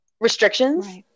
restrictions